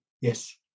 Yes